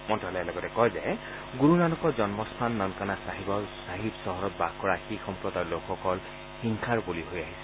মন্ত্যালয়ে লগতে কয় যে গুৰু নানকৰ জন্মস্থান নানকানা ছাহিব চহৰত বাস কৰা শিখ সম্প্ৰদায়ৰ লোকসকল হিংসাৰ বলি হৈ আহিছে